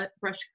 brush